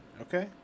Okay